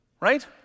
Right